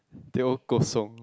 teh O Kosong